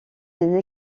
des